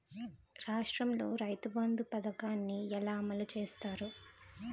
రాష్ట్రంలో రైతుబంధు పథకాన్ని ఎలా అమలు చేస్తారు?